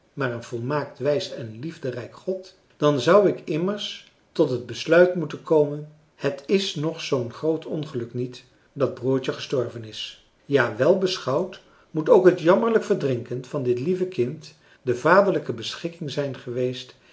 een volmaakt wijs en liefderijk god dan zou ik immers tot het besluit moeten komen het is nog zoo'n groot ongeluk niet dat broertje gestorven is ja welbeschouwd moet ook het jammerlijk verdrinken van dit lieve kind de vaderlijke beschikking zijn geweest